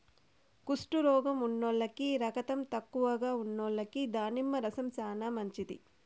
కుష్టు రోగం ఉన్నోల్లకి, రకతం తక్కువగా ఉన్నోల్లకి దానిమ్మ రసం చానా మంచిది